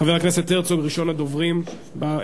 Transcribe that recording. חבר הכנסת הרצוג וחבר הכנסת אלסאנע, מס'